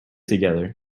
together